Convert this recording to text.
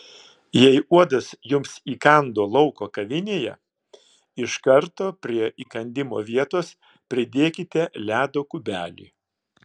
jei uodas jums įkando lauko kavinėje iš karto prie įkandimo vietos pridėkite ledo kubelį